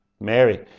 Mary